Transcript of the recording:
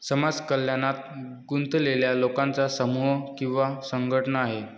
समाज कल्याणात गुंतलेल्या लोकांचा समूह किंवा संघटना आहे